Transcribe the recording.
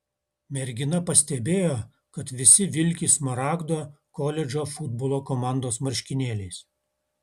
mergina pastebėjo kad visi vilki smaragdo koledžo futbolo komandos marškinėliais